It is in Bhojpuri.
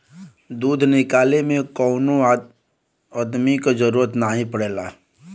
दूध निकाले में कौनो अदमी क जरूरत नाही पड़ेला